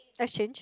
exchange